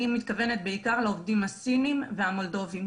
אני מתכוונת בעיקר לעובדים הסינים והמולדובים